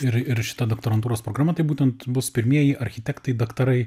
ir ir šita doktorantūros programa tai būtent bus pirmieji architektai daktarai